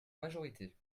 majorité